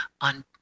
on